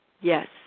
yes